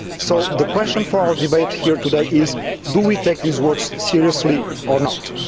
so the question for our debate here today is do we take these words seriously or not?